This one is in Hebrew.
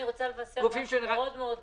אני רוצה לבשר משהו מאוד מאוד גרוע.